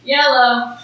Yellow